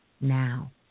now